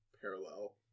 parallel